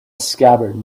scabbard